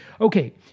Okay